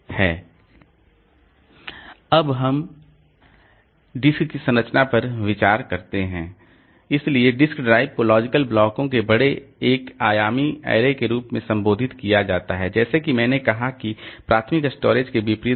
हम अब डिस्क की संरचना पर विचार करते हैं इसलिए डिस्क ड्राइव को लॉजिकल ब्लॉकों के बड़े एक आयामी ऐरे के रूप में संबोधित किया जाता है जैसा कि मैंने कहा कि प्राथमिक स्टोरेज के विपरीत